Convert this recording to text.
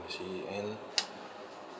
actually and